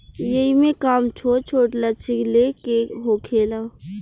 एईमे काम छोट छोट लक्ष्य ले के होखेला